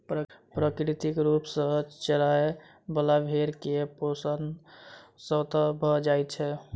प्राकृतिक रूप सॅ चरय बला भेंड़ के पोषण स्वतः भ जाइत छै